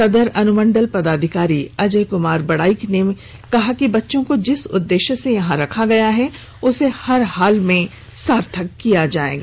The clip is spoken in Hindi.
सदर अनुमंडल पदाधिकारी अजय सिंह बड़ाइक ने कहा कि बच्चों को जिस उद्देश्य से यहां रखा गया है उसे हर हाल में सार्थक किया जाएगा